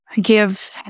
give